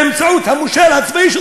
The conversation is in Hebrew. באמצעות המושל הצבאי שלך,